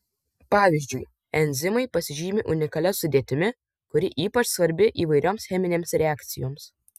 pavyzdžiui enzimai pasižymi unikalia sudėtimi kuri ypač svarbi įvairioms cheminėms reakcijoms